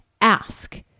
ask